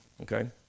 okay